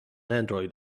android